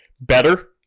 better